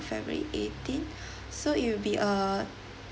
february eighteen so it will be err